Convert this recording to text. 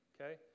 Okay